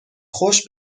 خوش